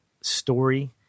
story